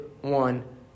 one